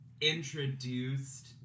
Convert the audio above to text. introduced